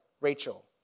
Rachel